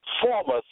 former